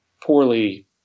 poorly